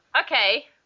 Okay